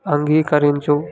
అంగీకరించు